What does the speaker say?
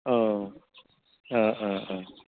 औ औ औ